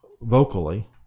vocally